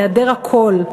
היעדר הקול.